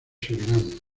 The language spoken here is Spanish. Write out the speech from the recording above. surinam